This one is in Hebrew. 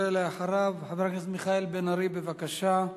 אחריו, חבר הכנסת מיכאל בן-ארי, בבקשה.